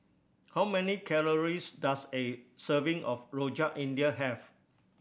how many calories does a serving of Rojak India have